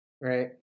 right